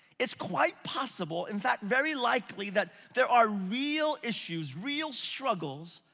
it's quite possible, in fact very likely, that there are real issues, real struggles,